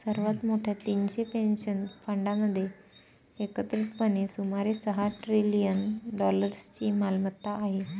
सर्वात मोठ्या तीनशे पेन्शन फंडांमध्ये एकत्रितपणे सुमारे सहा ट्रिलियन डॉलर्सची मालमत्ता आहे